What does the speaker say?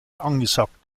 angesagt